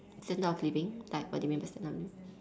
standard of living like what do you mean by standard of living